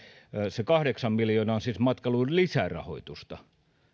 se kahdeksan miljoonaa on siis matkailuun lisärahoitusta